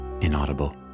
inaudible